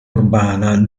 urbana